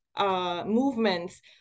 movements